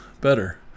better